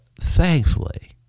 thankfully